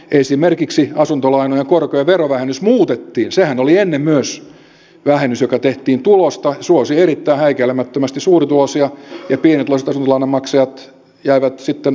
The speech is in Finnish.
esimerkiksi asuntolainojen korkojen verovähennys muutettiin sehän oli ennen myös vähennys joka tehtiin tulosta suosi erittäin häikäilemättömästi suurituloisia ja pienituloiset asuntolainan maksajat jäivät sitten nuolemaan näppejään